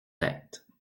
têtes